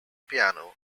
piano